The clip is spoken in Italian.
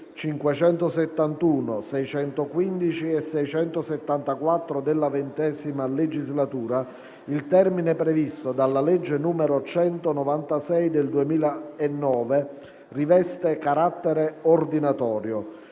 571, 615 e 674 della XIX legislatura), il termine previsto dalla legge n. 196 del 2009 riveste carattere ordinatorio,